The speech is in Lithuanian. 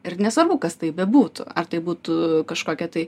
ir nesvarbu kas tai bebūtų ar tai būtų kažkokia tai